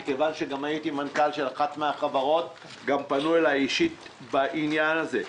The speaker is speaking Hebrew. מכיוון שהייתי מנכ"ל של אחת החברות גם פנו אלי אישית בעניין הזה.